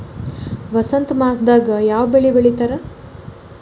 ವಸಂತ ಮಾಸದಾಗ್ ಯಾವ ಬೆಳಿ ಬೆಳಿತಾರ?